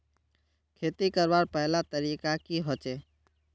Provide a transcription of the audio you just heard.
खेती करवार पहला तरीका की होचए?